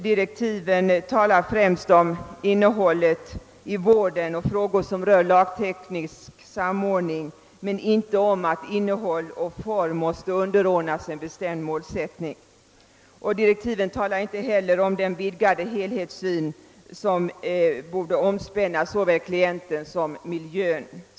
Direktiven talar i första hand om vårdens innehåll och om frågor som rör lagteknisk samordning men inte om att innehåll och form måste underordnas en bestämd målsättning. De talar inte heller om den vidgade helhetssyn, som borde omspänna såväl klienten som hans miljö.